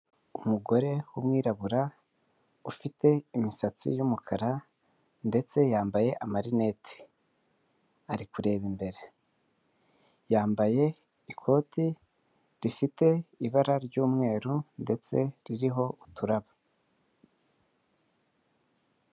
Umugore w'umwirabura ufite imisatsi y'umukara ndetse yambaye amarinete ari kureba imbere, yambaye ikoti rifite ibara ry'umweru ndetse ririho uturabo.